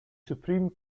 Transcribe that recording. supreme